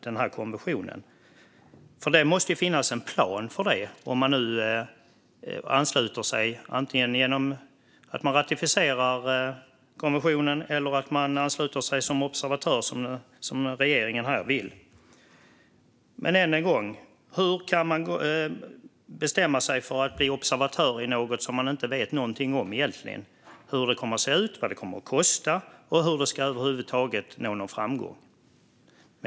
Det måste ju finnas en plan för det om man ansluter sig, antingen genom att ratificera konventionen eller genom att ansluta sig som observatör, som regeringen vill. Än en gång: Hur kan man bestämma sig för att bli observatör i något som man egentligen inte vet någonting om, vare sig hur det kommer att se ut, vad det kommer att kosta eller hur det över huvud taget ska nå någon framgång?